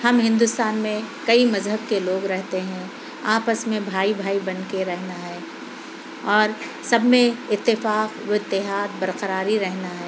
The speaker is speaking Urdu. ہم ہندوستان میں کئی مذہب کے لوگ رہتے ہیں آپس میں بھائی بھائی بن کے رہنا ہے اور سب میں اتفاق و اتحاد برقرار رہنا ہے